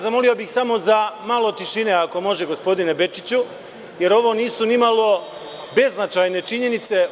Zamolio bih samo za malo tišine, ako može gospodine Bečiću, jer ovo nisu nimalo beznačajne činjenice.